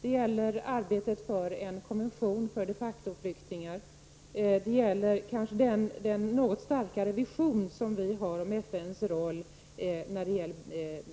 Det gäller arbetet för en konvention för de facto-flyktingar, och det gäller den något starkare vision som vi har om FNs roll